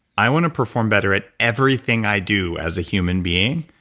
i want to perform better at everything i do as a human being,